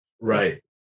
right